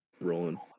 rolling